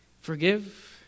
forgive